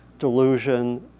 delusion